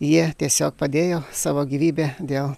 jie tiesiog padėjo savo gyvybę dėl